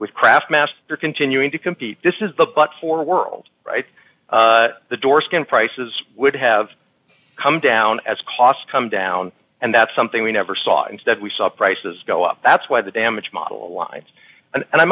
with craft master continuing to compete this is the but for world the door skin prices would have come down as costs come down and that's something we never saw instead we saw prices go up that's why the damage model lives and i